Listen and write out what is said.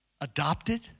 adopted